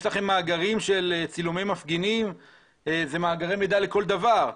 האם יש לכם מאגרים של צילומי מפגינים שהם מאגרי מידע לכל דבר,